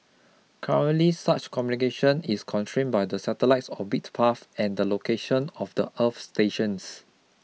currently such communication is constrained by the satellite's orbit path and the location of the earth stations